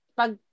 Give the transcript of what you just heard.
pag